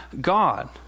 God